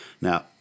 Now